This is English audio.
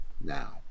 now